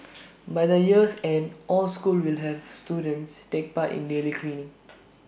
by the year's end all schools will have students take part in daily cleaning